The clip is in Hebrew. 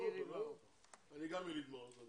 גם אני יליד מרוקו.